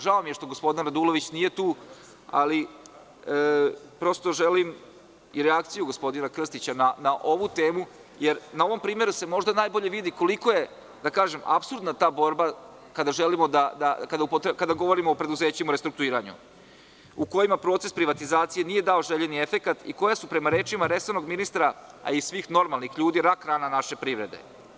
Žao mi je što gospodin Radulović nije tu, ali želim i reakciju gospodina Krstića na ovu temu, jer se na ovom primeru možda najbolje vidi koliko je apsurdna ta borba kada govorimo o preduzećima u restrukturiranju, u kojima proces privatizacije nije dao željeni efekat i koja su prema rečima resornog ministra, a i svih normalnih ljudi, rak rana naše privrede.